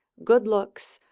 good looks,